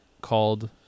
called